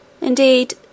Indeed